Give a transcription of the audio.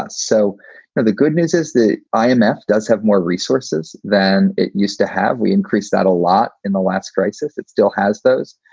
ah so and the good news is the um imf does have more resources than it used to have. we increase that a lot in the last crisis. it still has those.